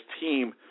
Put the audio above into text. team